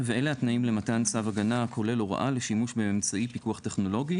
ואלה התנאים למתן צו הגנה הכולל הוראה לשימוש באמצעי פיקוח טכנולוגי,